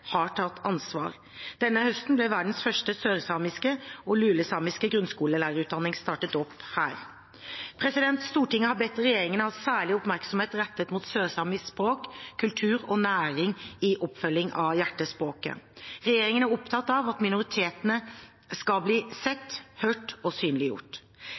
har tatt ansvar. Denne høsten ble verdens første sørsamiske og lulesamiske grunnskolelærerutdanning startet her. Stortinget har bedt regjeringen ha særlig oppmerksomhet rettet mot sørsamisk språk, kultur og næring i oppfølgingen av Hjertespråket. Regjeringen er opptatt av at minoritetene skal bli sett, hørt og synliggjort.